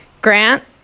Grant